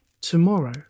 Tomorrow